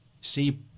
see